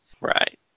Right